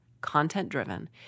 content-driven